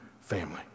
family